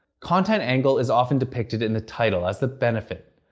content angle is often depicted in the title as the benefit.